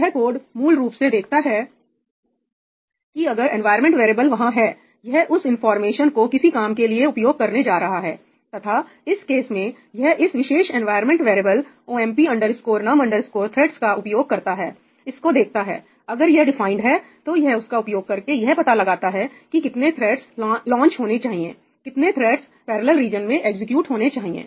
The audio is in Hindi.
यह कोड मूल रूप से देखता है कि अगर एनवायरमेंट वेरिएबल वहां है यह उस इंफॉर्मेशन को किसी काम के लिए उपयोग करने जा रहा है तथा इस केस में यह इस विशेष environment variable OMP NUM THREADS का उपयोग करता है इसको देखता हैअगर यह डिफाइंड हैतो यह उसका उपयोग करके यह पता लगाता है कि कितने थ्रेड्स लांच होने चाहिए कितने थ्रेड्स पैरेलल रीजन में एग्जीक्यूट होने चाहिए